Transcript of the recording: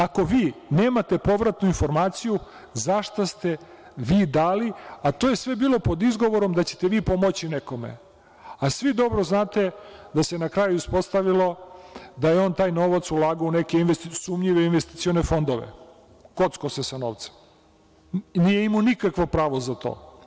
Ako vi nemate povratnu informaciju za šta ste vi dali, a to je sve bilo pod izgovorom da ćete vi pomoći nekome, a svi dobro znate da se na kraju ispostavilo da je on taj novac ulagao u neke sumnjive investicione fondove, kockao se sa novcem, nije imao nikakvo pravo za to.